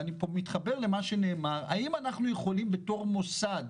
ואני מתחבר פה למה שנאמר האם אנחנו יכולים בתור מוסד